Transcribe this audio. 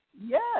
yes